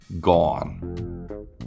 gone